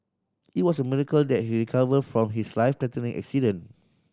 it was a miracle that he recovered from his life threatening accident